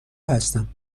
هستم